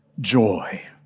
joy